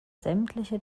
sämtliche